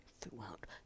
throughout